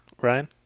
Ryan